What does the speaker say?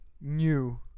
new